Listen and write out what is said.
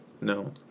No